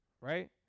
Right